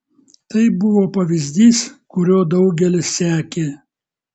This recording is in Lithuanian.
tai buvo pavyzdys kuriuo daugelis sekė